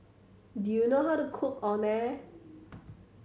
do you know how to cook Orh Nee